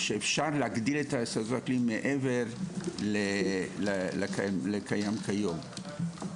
שאפשר להגדיל את השדות הקליניים מעבר לקיים כיום.